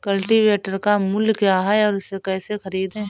Cultivator का मूल्य क्या है और इसे कैसे खरीदें?